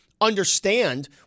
understand